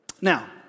Now